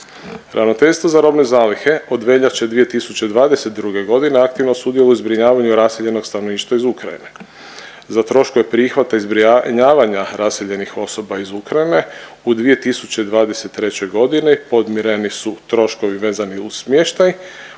Ravnateljstvo za robne zalihe od veljače 2022.g. aktivno sudjeluje u zbrinjavanju raseljenog stanovništva iz Ukrajine. Za troškove prihvata i zbrinjavanja raseljenih osoba iz Ukrajine u 2023.g. podmireni su troškovi vezani uz smještaj